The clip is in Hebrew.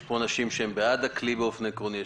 יש פה אנשים שהם בעד הכלי באופן עקרוני,